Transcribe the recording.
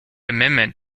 amendment